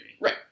right